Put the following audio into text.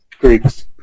Greeks